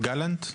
גלנט?